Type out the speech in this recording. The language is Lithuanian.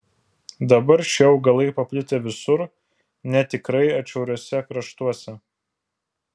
dabar šie augalai paplitę visur net tikrai atšiauriuose kraštuose